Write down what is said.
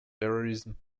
terrorism